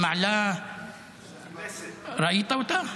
ראית אותה?